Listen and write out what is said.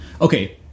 Okay